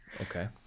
Okay